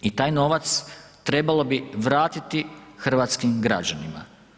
I taj novac trebalo bi vratiti hrvatskim građanima.